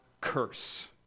curse